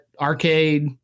arcade